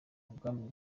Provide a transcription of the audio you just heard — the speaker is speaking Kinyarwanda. ubwami